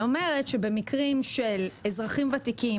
היא אומרת שבמקרים של אזרחים ותיקים,